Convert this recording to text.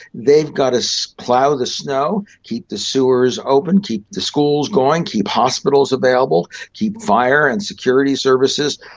they've got to so plough the snow, keep the sewers open, keep the schools going, keep hospitals available, keep fire and security services.